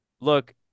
look